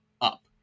up